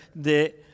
de